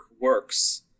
works